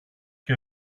και